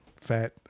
fat